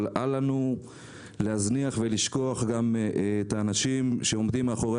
אבל אל לנו להזניח ולשכוח את האנשים שעומדים מאחורי